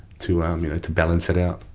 to um you know to balance it out.